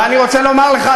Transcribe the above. ואני רוצה לומר לך,